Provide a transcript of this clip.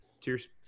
cheers